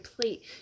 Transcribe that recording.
plate